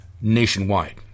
nationwide